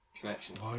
connections